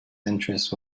interest